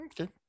Okay